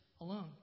alone